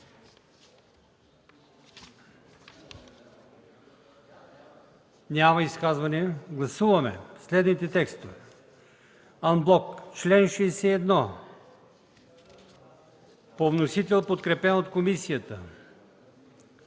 Няма изказвания. Гласуваме следните текстове: анблок чл. 61 по вносител, подкрепен от комисията;